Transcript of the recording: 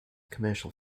commercial